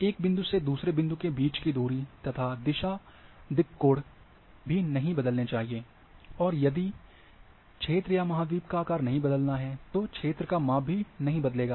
एक बिंदु से दूसरे बिंदु के बीच की दूरी तथा दिशा दिक्कोण भी नहीं बदलने चाहिए और यदि क्षेत्र या महाद्वीप का आकार नहीं बदलता है तो क्षेत्र का माप भी नहीं बदलेगा